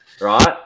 Right